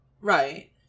right